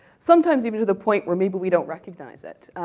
sometimes even to the point where maybe we don't recognize it.